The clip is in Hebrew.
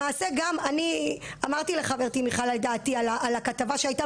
למעשה גם אמרתי לחברתי מיכל את דעתי על הכתבה שהייתה